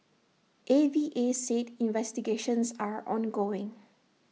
A V A said investigations are ongoing